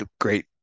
great